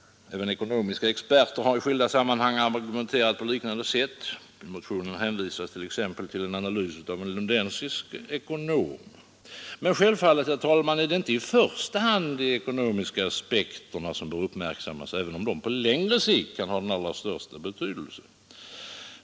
Även ekonomiska experter har i skilda sammanhang argumenterat på liknande sätt. I motionen hänvisas t.ex. till en analys av en lundensisk ekonom. Men självfallet är det inte i första hand de ekonomiska aspekterna som bör uppmärksammas, även om de på längre sikt kan ha den allra största betydelse.